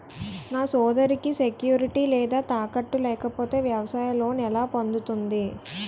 నా సోదరికి సెక్యూరిటీ లేదా తాకట్టు లేకపోతే వ్యవసాయ లోన్ ఎలా పొందుతుంది?